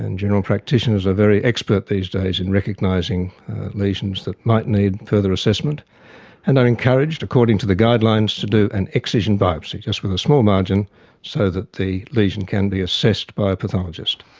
and general practitioners are very expert these days in recognising legions that might need further assessment and are encouraged according to the guidelines to do an excision biopsy just with a small margin so that the lesion can be assessed by a pathologist.